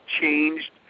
changed